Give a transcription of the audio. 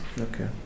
okay